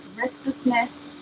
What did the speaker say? restlessness